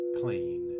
clean